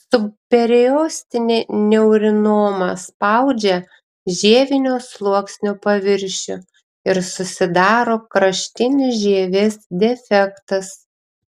subperiostinė neurinoma spaudžia žievinio sluoksnio paviršių ir susidaro kraštinis žievės defektas